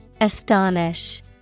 Astonish